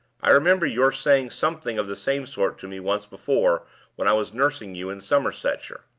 i remember your saying something of the same sort to me once before when i was nursing you in somersetshire.